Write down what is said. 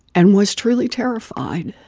and was truly terrified,